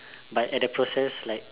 but at the process like